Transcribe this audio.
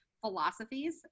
philosophies